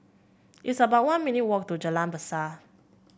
it's about one minute walk to Jalan Berseh